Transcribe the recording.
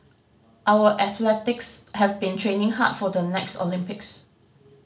our athletics have been training hard for the next Olympics